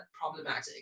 problematic